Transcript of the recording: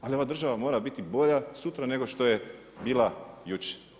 Ali ova država mora biti bolja sutra nego šta je bila jučer.